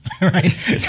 right